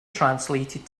translated